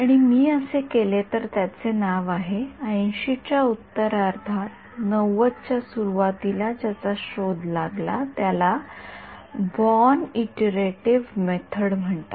आणि मी असे केले तर त्याचे नाव आहे ८० च्या उत्तरार्धात ९० च्या सुरवातीला ज्याचा शोध लागला त्याला बॉर्न इटिरेटिव्ह मेथड म्हणतात